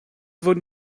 wurden